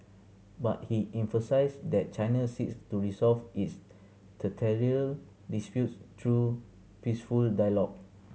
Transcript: but he emphasised that China seeks to resolve its disputes through peaceful dialogue